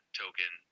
token